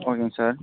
ஓகேங்க சார்